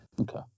Okay